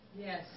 Yes